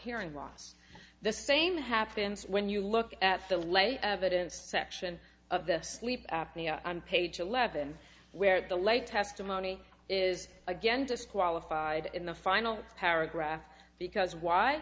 hearing loss the same happens when you look at the late evidence section of the sleep apnea on page eleven where the late testimony is again disqualified in the final paragraph because why